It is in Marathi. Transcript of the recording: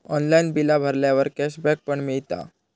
ऑनलाइन बिला भरल्यावर कॅशबॅक पण मिळता